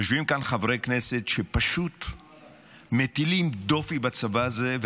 יושבים כאן חברי כנסת שפשוט מטילים דופי בצבא הזה.